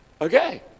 Okay